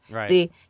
See